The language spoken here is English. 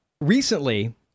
Recently